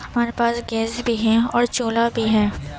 ہمارے پاس گیس بھی ہے اور چولہا بھی ہے